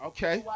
Okay